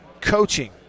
coaching